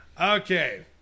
Okay